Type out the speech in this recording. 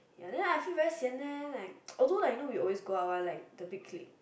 ya lah then I feel very sian leh like although I always go out with the big clique